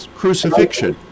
crucifixion